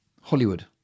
Hollywood